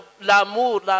l'amour